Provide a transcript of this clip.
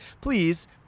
please